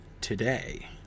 today